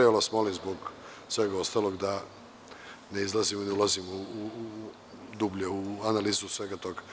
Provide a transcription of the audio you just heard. Ja vas molim da zbog svega ostalog ne izlazimo i ne ulazimo dublje u analizu svega toga.